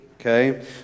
okay